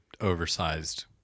oversized